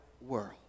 world